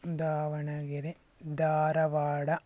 Davanagere Dharwad